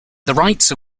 rights